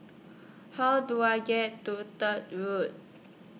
How Do I get to Third Lok